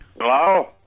Hello